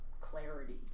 clarity